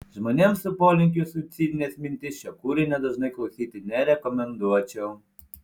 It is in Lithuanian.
žmonėms su polinkiu į suicidines mintis šio kūrinio dažnai klausyti nerekomenduočiau